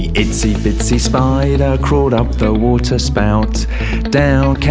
itsy bitsy spider crawled up the water spout down came